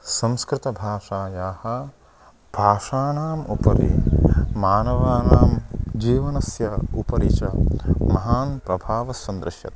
संस्कृतभाषायाः भाषाणाम् उपरि मानवानां जीवनस्य उपरि च महान् प्रभावः सन्दृश्यते